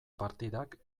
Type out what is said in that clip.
partidak